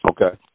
Okay